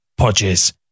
podges